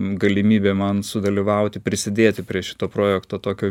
galimybė man sudalyvauti prisidėti prie šito projekto tokio